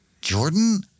Jordan